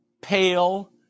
pale